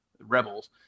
Rebels